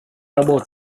работу